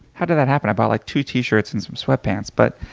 how did that happen? i bought like two tee shirts and some sweat pants. but